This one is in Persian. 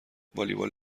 والیبال